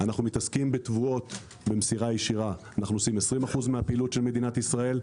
אנחנו מתעסקים בתבואות במסירה ישירה 20% מהפעילות של מדינת ישראל.